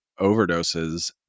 overdoses